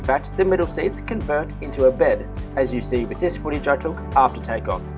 fact, the middle seats convert into a bed as you see with this footage i took after takeoff.